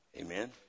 Amen